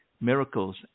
Miracles